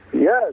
Yes